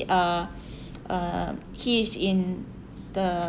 uh uh he's in the